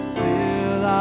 fill